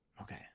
Okay